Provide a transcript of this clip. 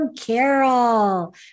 Carol